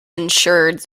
ensured